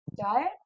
Diet